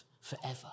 forever